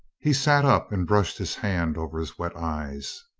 he sat up and brushed his hand over his wet eyes.